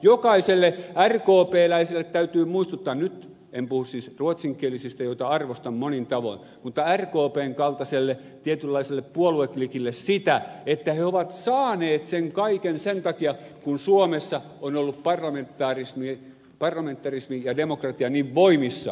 jokaiselle rkpläiselle täytyy muistuttaa nyt en puhu siis ruotsinkielisistä joita arvostan monin tavoin mutta rkpn kaltaiselle tietynlaiselle puolueklikille sitä että he ovat saaneet sen kaiken sen takia kun suomessa on ollut parlamentarismi ja demokratia niin voimissaan